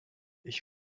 ich